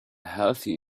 healthy